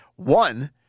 One